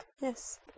Yes